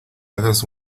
hagas